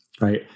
right